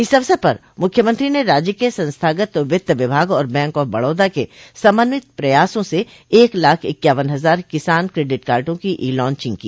इस अवसर पर मुख्यमंत्री ने राज्य के संस्थागत वित्त विभाग और बैंक ऑफ बड़ौदा के समन्वित प्रयासों से एक लाख इक्यावन हजार किसान क्रेडिट कार्डो की ई लांचिंग की